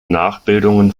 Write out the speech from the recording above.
nachbildungen